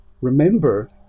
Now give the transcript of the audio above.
remember